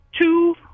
two